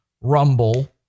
Rumble